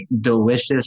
delicious